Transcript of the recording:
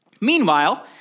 Meanwhile